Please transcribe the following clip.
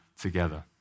together